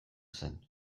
zen